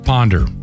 Ponder